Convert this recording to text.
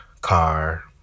car